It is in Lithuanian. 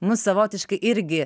mus savotiškai irgi